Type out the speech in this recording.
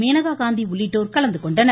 மேனகாகாந்தி உள்ளிட்டோர் கலந்துகொண்டனர்